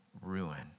ruin